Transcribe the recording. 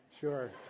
Sure